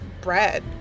bread